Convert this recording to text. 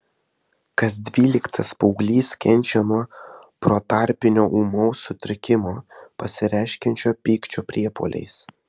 kas dvyliktas paauglys kenčia nuo protarpinio ūmaus sutrikimo pasireiškiančio pykčio priepuoliais